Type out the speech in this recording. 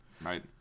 Right